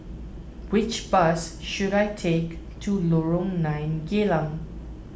which bus should I take to Lorong nine Geylang